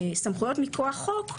מכוח חוק,